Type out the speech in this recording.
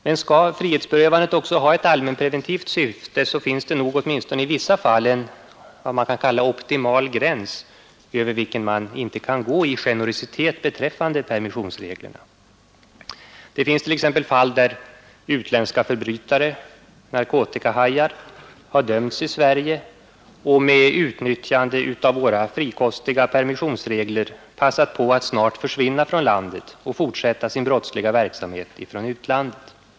Men skall frihetsberövandet också ha ett allmänpreventivt syfte finns det nog åtminstone i vissa fall en optimal gräns över vilken man inte kan gå i generositet beträffande permissionsreglerna. Det finns t.ex. fall där utländska förbrytare, narkotikahajar, har dömts i Sverige och med utnyttjande av våra frikostiga permissionsregler passat på att snart försvinna från landet och fortsätta sin brottsliga verksamhet från utlandet.